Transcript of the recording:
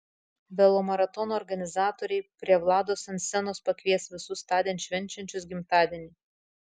velomaratono organizatoriai prie vlados ant scenos pakvies visus tądien švenčiančius gimtadienį